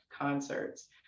concerts